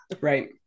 right